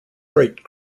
great